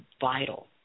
vital